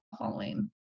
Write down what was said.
Halloween